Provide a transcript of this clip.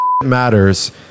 matters